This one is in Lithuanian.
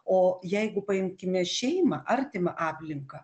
o jeigu paimkime šeimą artimą aplinką